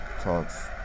talks